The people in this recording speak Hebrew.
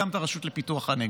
גם את הרשות לפיתוח הנגב.